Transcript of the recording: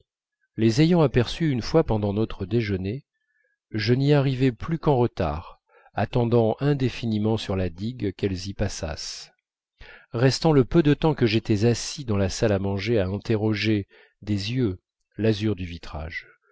les ayant aperçues une fois pendant notre déjeuner je n'y arrivais plus qu'en retard attendant indéfiniment sur la digue qu'elles y passassent restant le peu de temps que j'étais assis dans la salle à manger à interroger des yeux l'azur du vitrage